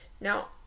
now